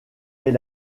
est